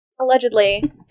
Allegedly